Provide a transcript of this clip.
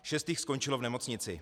Šest jich skončilo v nemocnici.